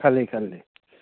ꯐꯖꯩ ꯈꯜꯂꯤ